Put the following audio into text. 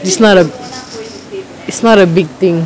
it's not a it's not a big thing